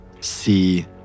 see